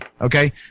Okay